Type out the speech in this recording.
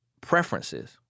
preferences